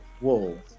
whoa